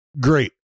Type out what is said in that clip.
great